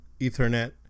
Ethernet